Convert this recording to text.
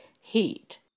heat